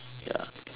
ya